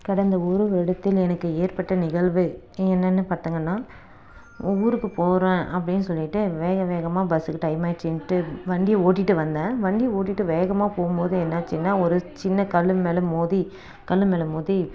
கடந்த ஒரு வருடத்தில் எனக்கு ஏற்பட்ட நிகழ்வு என்னெனு பார்த்தங்கன்னா உ ஊருக்கு போகிறேன் அப்படின் சொல்லிவிட்டு வேக வேகமாக பஸ்ஸுக்கு டைம் ஆகிட்ச்சின்ட்டு வண்டியை ஓட்டிகிட்டு வந்தேன் வண்டி ஓட்டிகிட்டு வேகமாக போகும்போது என்ன ஆச்சுன்னா ஒரு சின்ன கல் மேலே மோதி கல் மேலே மோதி